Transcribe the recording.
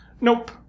nope